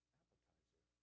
appetizer